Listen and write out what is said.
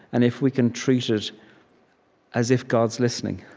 and if we can treat it as if god's listening,